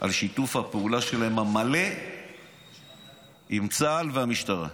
על שיתוף הפעולה המלא שלהם עם צה"ל והמשטרה.